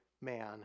man